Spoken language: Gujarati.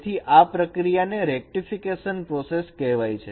તેથી આ પ્રક્રિયાને રેક્ટિફીકેશન પ્રોસેસ કહેવાય છે